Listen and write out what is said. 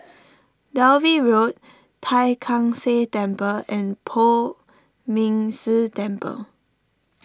Dalvey Road Tai Kak Seah Temple and Poh Ming Tse Temple